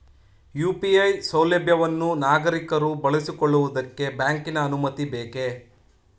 UPI ಸೌಲಭ್ಯವನ್ನು ನಾಗರಿಕರು ಬಳಸಿಕೊಳ್ಳುವುದಕ್ಕೆ ಬ್ಯಾಂಕಿನ ಅನುಮತಿ ಬೇಕೇ?